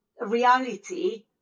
reality